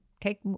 take